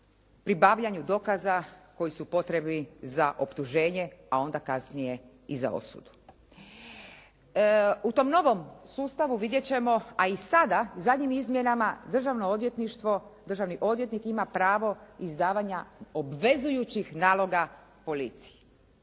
pribavljanju dokaza koji su potrebni za optuženje a onda kasnije i za osudu. U tom novom sustavu vidjet ćemo a i sada zadnjim izmjenama Državno odvjetništvo, državni odvjetnik ima pravo izdavanja obvezujućih naloga policiji.